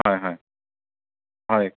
হয় হয়